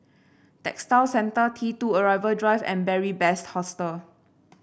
Textile Centre T two Arrival Drive and Beary Best Hostel